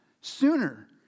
sooner